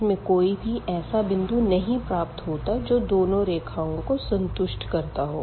हमें कोई भी ऐसा बिंदु नहीं प्राप्त होता जो दोनों रेखाओं को संतुष्ट करता हो